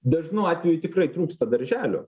dažnu atveju tikrai trūksta darželių